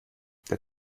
der